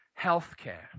healthcare